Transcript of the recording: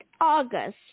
August